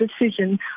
decision